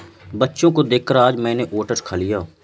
बच्चों को देखकर आज मैंने भी ओट्स खा लिया